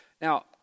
Now